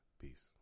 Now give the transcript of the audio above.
Peace